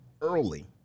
early